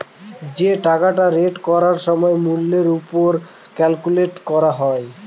যে টাকাটা রেট করার সময় মূল্যের ওপর ক্যালকুলেট করা হয়